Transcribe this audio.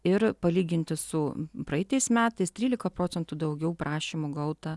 ir palyginti su praeitais metais trylika procentų daugiau prašymų gauta